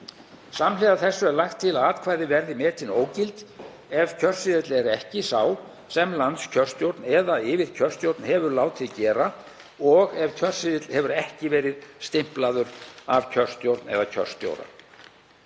Samhliða þessu er lagt til að atkvæði verði metin ógild ef kjörseðill er ekki sá sem landskjörstjórn eða yfirkjörstjórn hefur látið gera og ef kjörseðill hefur ekki verið stimplaður af kjörstjórn eða kjörstjóra.